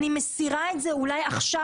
אני מסירה את זה אולי עכשיו,